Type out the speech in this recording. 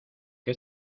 qué